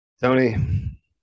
Tony